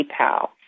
PayPal